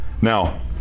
Now